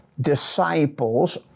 disciples